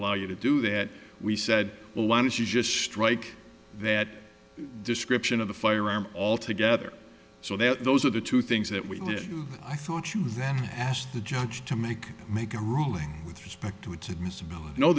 allow you to do that we said well why don't you just strike that description of the firearm all together so that those are the two things that we i thought you then asked the judge to make make a ruling with respect to